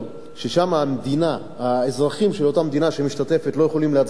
ששם האזרחים של אותה מדינה שמשתתפת לא יכולים להצביע לה,